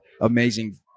amazing